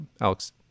Alex